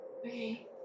Okay